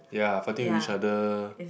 ya fighting with each other